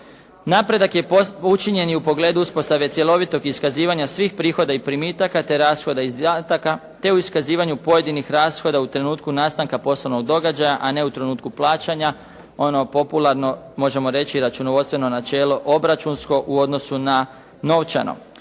Napredak je učinjen i u pogledu uspostave cjelovitog iskazivanja svih prihoda i primitaka, te rashoda i izdataka, te u iskazivanju pojedinih rashoda u trenutku nastanka poslovnog događaja, a ne u trenutku plaćanja. Ono popularno možemo reći računovodstveno načelo obračunsko, u odnosu na novčano.